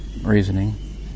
reasoning